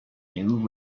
new